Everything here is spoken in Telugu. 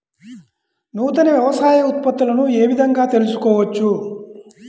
నూతన వ్యవసాయ ఉత్పత్తులను ఏ విధంగా తెలుసుకోవచ్చు?